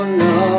no